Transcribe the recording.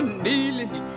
kneeling